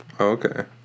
Okay